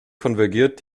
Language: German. konvergiert